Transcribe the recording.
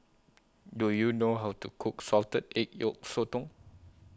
Do YOU know How to Cook Salted Egg Yolk Sotong